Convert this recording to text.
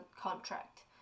contract